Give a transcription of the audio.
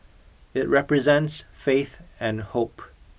it represents faith and hope